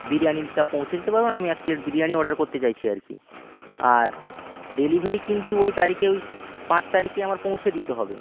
বিরিয়ানিটা পৌঁছে দিতে পারবেন আমি এক প্লেট বিরিয়ানি অর্ডার করতে চাইছি আর কি আর ডেলিভারি কিন্তু ঐ তারিখে ঐ পাঁচ তারিখে আমার পৌঁছে দিতে হবে